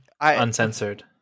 uncensored